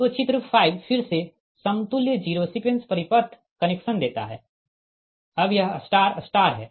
तो चित्र 5 फिर से समतुल्य जीरो सीक्वेंस परिपथ कनेक्शन देता है अब यह स्टार स्टार है